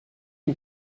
une